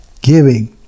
giving